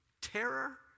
terror